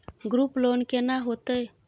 Group loan केना होतै?